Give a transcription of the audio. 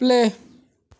play